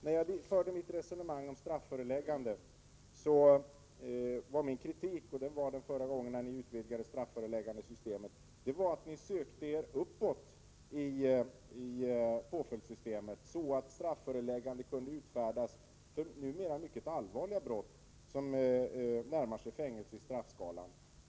När jag förde mitt resonemang om strafföreläggande gällde min kritik — och samma kritik framförde jag när ni utvidgade strafföreläggandesystemet — att ni sökte er uppåt i påföljdssystemet så att strafföreläggande kunde utfärdas för numera mycket allvarliga brott, dvs. brott vars påföljder i straffskalan närmar sig fängelse.